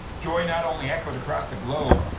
yoy not only echoed across the globe,